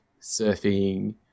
surfing